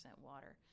water